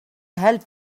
help